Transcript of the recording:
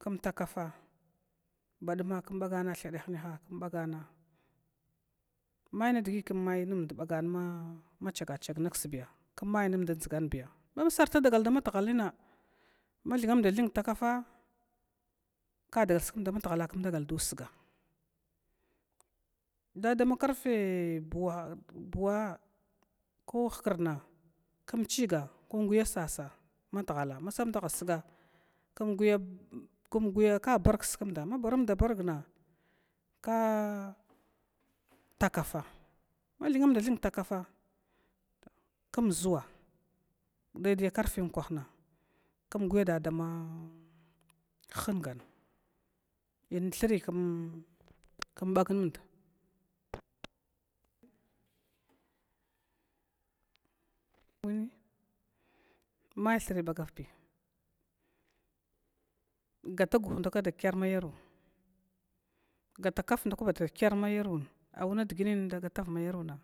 km takafa baduma kum bagana thada hinyaha kum bagana mai ndgi km mai nmd bagana machagachag nksbiya mai nmd dʒganbiya masarta dagal da mat whalina mathu manda thung takafa, kadagal kskmd dama tughala kmdaga da usga, dadama kace buwa ko hkrdna kmchiga kmguya sasa ma tughala ma samdahanusga kmguya ka barg kskmɗa mabaramdabarna, ka guya takafa ma thinnamda thir kta kafa kmʒuwa daidai karfi unkwahna kmdad hugana inthur kumbagnumd un mai thuri km dada hungana, in thur kumbagnund un mau thuri bagavbiya gata guh nda kwa dakyar mayarwa gata kaf ndakwa ba dakyar mayarwa gundgimin da gatava ma yarwuna.